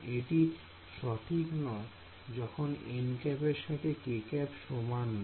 এটি সঠিক নয় যখন nˆ এর সাথে kˆ সমান নয়